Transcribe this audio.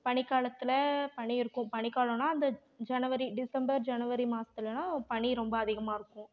பனி காலத்தில் பனி இருக்கும் பனி காலோனால் அந்த ஜனவரி டிசம்பர் ஜனவரி மாதத்துலலாம் பனி ரொம்ப அதிகமாக இருக்கும்